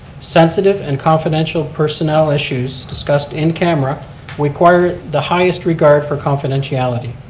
sensitive and confidential personnel issues discussed in camera require the highest regard for confidentiality.